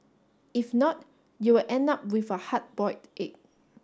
if not you will end up with a hard boiled egg